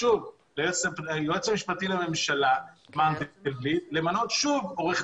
ליועץ המשפטי לממשלה מר מנדלבליט למנות שוב עו"ד